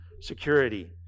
security